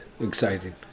Exciting